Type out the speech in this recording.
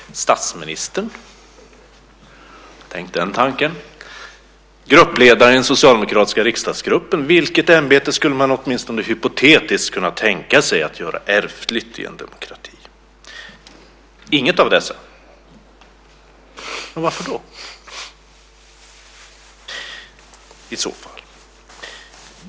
Statsministern? Tänk den tanken! Gruppledaren i den socialdemokratiska riksdagsgruppen? Vilket ämbete skulle man åtminstone hypotetiskt kunna tänka sig att göra ärftligt i en demokrati? Inget av dessa? Men varför då?